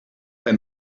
and